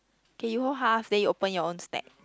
K you hold half then you open your own stack